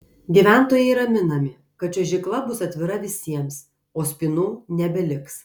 gyventojai raminami kad čiuožykla bus atvira visiems o spynų nebeliks